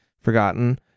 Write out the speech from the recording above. forgotten